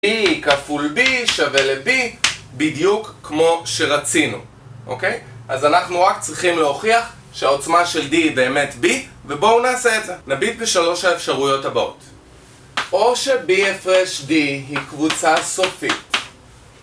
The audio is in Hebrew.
D כפול B שווה ל-B בדיוק כמו שרצינו אוקיי? אז אנחנו רק צריכים להוכיח שהעוצמה של D היא באמת B ובואו נעשה את זה נביט לשלוש האפשרויות הבאות או ש-B הפרש D היא קבוצה סופית